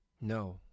no